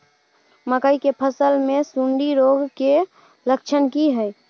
मकई के फसल मे सुंडी रोग के लक्षण की हय?